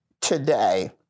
today